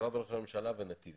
- משרד ראש הממשלה ונתיב